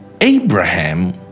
Abraham